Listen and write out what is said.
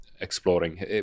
exploring